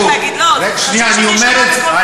צריך להגיד, חשוב שזה יישמע בקול רם.